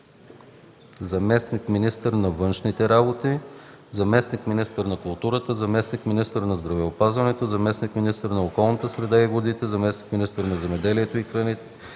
заместник-министър на външните работи, заместник-министър на културата, заместник-министър на здравеопазването, заместник-министър на околната среда и водите, заместник-министър на земеделието и храните,